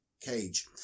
cage